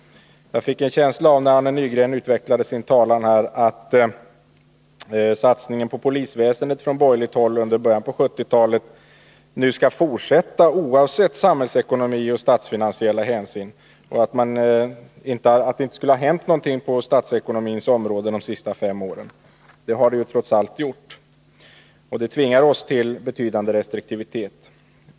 När Arne Nygren utvecklade sin talan här fick jag en känsla av att satsningen på polisväsendet från borgerligt håll under början av 1970-talet nu skulle fortsätta utan hänsyn till samhällsekonomin och det statsfinansiella läget och att det inte skulle ha hänt någonting på statsekonomins område de senaste fem åren. Det har det ju trots allt gjort. Detta-+vingar oss till en betydande restriktivitet.